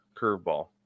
curveball